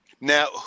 Now